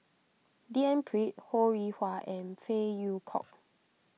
D N Pritt Ho Rih Hwa and Phey Yew Kok